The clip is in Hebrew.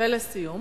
ולסיום?